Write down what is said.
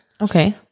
Okay